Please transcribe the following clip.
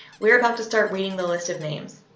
we are about to start reading the list of names.